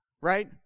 Right